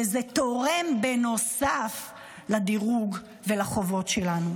וזה תורם בנוסף לדירוג ולחובות שלנו.